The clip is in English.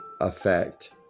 effect